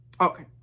Okay